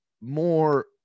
more